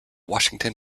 washington